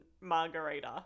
margarita